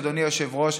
אדוני היושב-ראש,